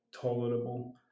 tolerable